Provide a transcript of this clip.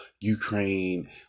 Ukraine